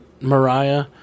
Mariah